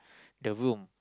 the room